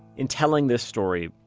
in telling this story,